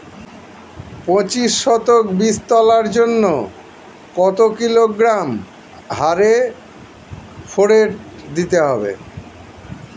পঁচিশ শতক বীজ তলার জন্য কত কিলোগ্রাম হারে ফোরেট দিতে হবে?